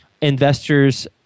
investors